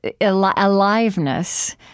aliveness